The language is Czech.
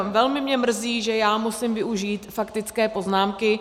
Velmi mě mrzí, že já musím využít faktické poznámky.